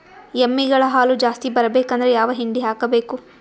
ಎಮ್ಮಿ ಗಳ ಹಾಲು ಜಾಸ್ತಿ ಬರಬೇಕಂದ್ರ ಯಾವ ಹಿಂಡಿ ಹಾಕಬೇಕು?